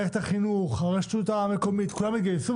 מערכת החינוך, הרשות המקומית כולם התגייסו.